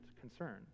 concern